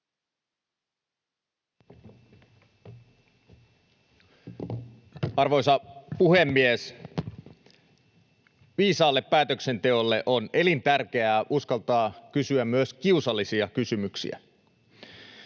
Arvoisa puhemies! Viisaalle päätöksenteolle on elintärkeää uskaltaa kysyä myös kiusallisia kysymyksiä.